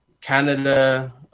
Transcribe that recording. Canada